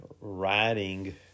writing